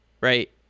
right